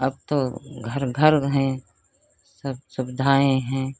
अब तो घर घर हैं सब सुविधाएँ हैं